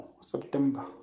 September